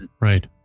Right